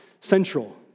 central